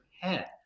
head